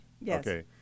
Yes